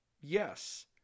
Yes